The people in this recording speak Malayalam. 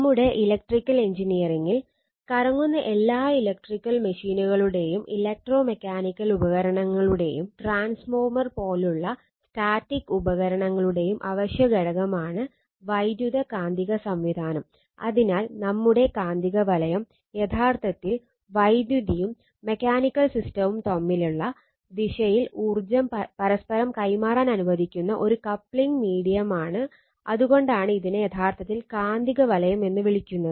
നമ്മുടെ ഇലക്ട്രിക്കൽ എഞ്ചിനീയറിംഗിൽ കറങ്ങുന്ന എല്ലാ ഇലക്ട്രിക്കൽ മെഷീനുകളുടെയും ഇലക്ട്രോ മെക്കാനിക്കൽ ഉപകരണങ്ങളുടെയും ട്രാൻസ്ഫോർമർ പോലുള്ള സ്റ്റാറ്റിക് ഉപകരണങ്ങളുടെയും അവശ്യ ഘടകമാണ് വൈദ്യുതകാന്തിക സംവിധാനം അതുകൊണ്ടാണ് ഇതിനെ യഥാർത്ഥത്തിൽ കാന്തികവലയം എന്ന് വിളിക്കുന്നത്